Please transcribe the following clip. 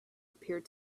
appeared